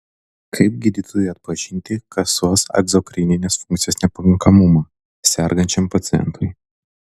kaip gydytojui atpažinti kasos egzokrininės funkcijos nepakankamumą sergančiam pacientui